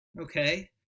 okay